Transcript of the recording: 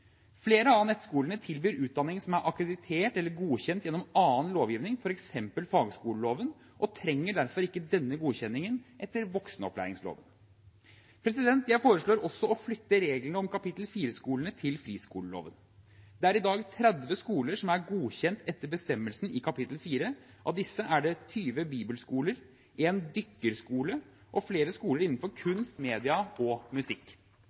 Flere av nettskolene tilbyr utdanning som er akkreditert, eller godkjent, gjennom annen lovgivning, f.eks. fagskoleloven, og trenger derfor ikke denne godkjenningen etter voksenopplæringsloven. Jeg foreslår også å flytte reglene om kapittel 4-skolene til friskoleloven. Det er i dag 30 skoler som er godkjent etter bestemmelsene i kapittel 4. Av disse er det 20 bibelskoler, en dykkerskole og flere skoler innenfor kunst, media og musikk.